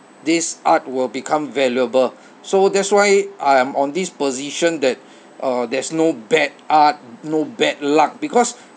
this art will become valuable so that's why I am on this position that uh there's no bad art no bad luck because